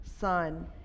Son